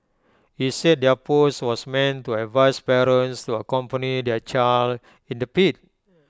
he said their post was meant to advise parents to accompany their child in the pit